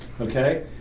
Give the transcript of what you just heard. Okay